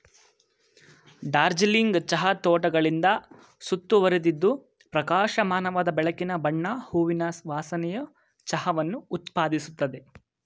ಡಾರ್ಜಿಲಿಂಗ್ ಚಹಾ ತೋಟಗಳಿಂದ ಸುತ್ತುವರಿದಿದ್ದು ಪ್ರಕಾಶಮಾನವಾದ ಬೆಳಕಿನ ಬಣ್ಣ ಹೂವಿನ ವಾಸನೆಯ ಚಹಾವನ್ನು ಉತ್ಪಾದಿಸುತ್ತದೆ